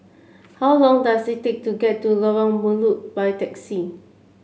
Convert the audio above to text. how long does it take to get to Lorong Melukut by taxi